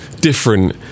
different